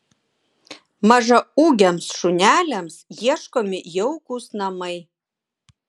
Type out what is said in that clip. mažaūgiams šuneliams ieškomi jaukūs namai